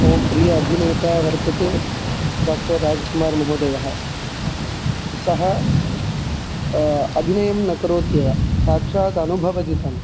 मम प्रिय अभिनेता वर्तते डाक्टर् राज्कुमार् महोदयः सः अभिनयं न करोत्येव साक्षात् अनुभवति तं